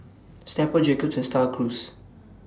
Snapple Jacob's and STAR Cruise